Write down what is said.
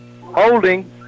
Holding